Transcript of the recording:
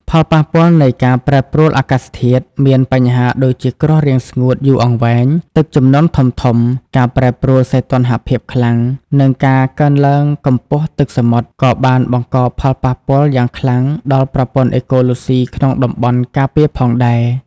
ផលប៉ះពាល់នៃការប្រែប្រួលអាកាសធាតុមាន បញ្ហាដូចជាគ្រោះរាំងស្ងួតយូរអង្វែង ទឹកជំនន់ធំៗ ការប្រែប្រួលសីតុណ្ហភាពខ្លាំង និងការកើនឡើងកម្ពស់ទឹកសមុទ្រ ក៏បានបង្កផលប៉ះពាល់យ៉ាងខ្លាំងដល់ប្រព័ន្ធអេកូឡូស៊ីក្នុងតំបន់ការពារផងដែរ។